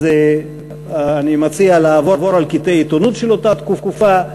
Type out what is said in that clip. אז אני מציע לעבור על קטעי עיתונות של אותה תקופה.